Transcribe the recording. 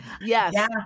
Yes